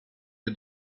you